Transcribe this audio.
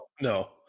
no